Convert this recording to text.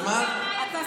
קיש, אתה שר החינוך.